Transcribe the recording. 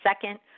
second